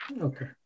Okay